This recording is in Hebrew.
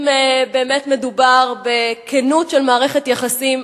אם באמת מדובר בכנות של מערכת יחסים,